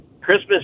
Christmas